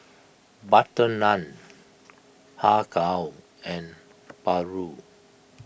Butter Naan Har Kow and Paru